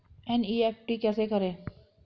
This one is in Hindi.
एन.ई.एफ.टी कैसे करें?